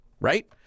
right